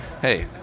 Hey